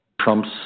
Trump's